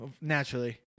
naturally